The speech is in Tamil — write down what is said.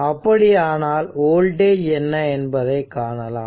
அப்படியானால் வோல்டேஜ் என்ன என்பதை காணலாம்